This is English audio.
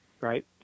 right